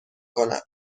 کند